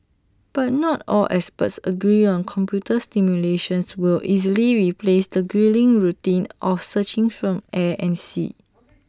but not all experts agree on computer simulations will easily replace the gruelling routine of searching from air and sea